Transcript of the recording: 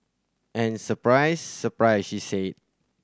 and surprise surprise she said